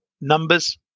numbers